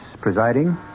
presiding